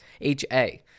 ha